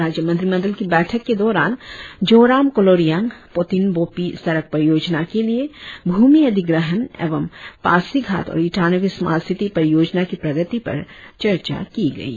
राज्य मंत्रिमंडल की बैठक के दौरान जोराम कोलोरियांग पोतिन बोपि सड़क परियोजना के लिए भूमि अधिग्रहण एवं पासीघाट और ईटानगर स्मार्ट सिटी परियोजना की प्रगति पर चर्चा की गई